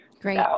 Great